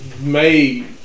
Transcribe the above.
made